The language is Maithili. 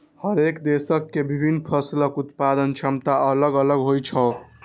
हरेक देशक के विभिन्न फसलक उत्पादन क्षमता अलग अलग होइ छै